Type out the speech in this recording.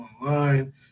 online